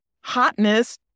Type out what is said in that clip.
hotness